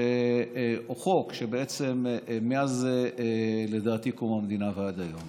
או חוק, שבעצם הוא לדעתי מאז קום המדינה ועד היום.